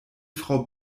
frau